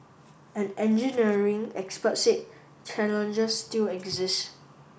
an engineering expert said challenges still exist